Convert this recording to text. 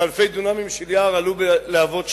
ואלפי דונמים של יער עלו בלהבות שם.